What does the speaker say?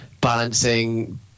balancing